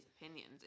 opinions